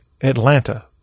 Atlanta